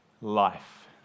life